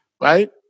right